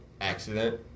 Accident